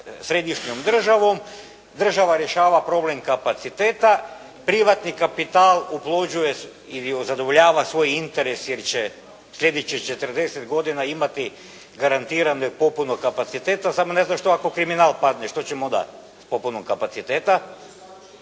središnjom državom, država rješava problem kapaciteta, privatni kapital …/Govornik se ne razumije./… ili zadovoljava svoj interes jer će sljedećih 40 godina imati garantiranu popunu kapaciteta, samo ne znam što ako kriminal padne, što ćemo onda s popunom kapaciteta